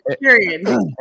period